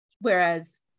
Whereas